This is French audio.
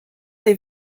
des